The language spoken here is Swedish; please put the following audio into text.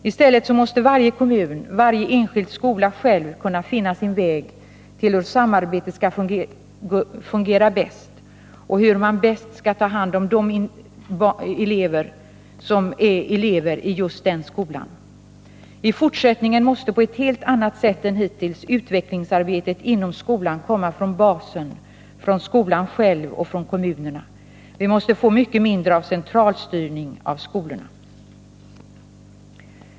I stället måste varje kommun, varje enskild skola själv kunna finna sin väg till hur samarbetet skall kunna fungera bäst och hur man bäst skall ta hand om de individer som är elever i just den skolan. I fortsättningen måste på ett helt annat sätt än hittills utvecklingsarbetet inom skolan komma från basen, från skolan själv och kommunerna. Vi måste få mycket mindre av centralstyrning av skolorna.